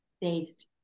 based